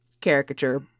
caricature